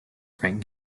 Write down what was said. frank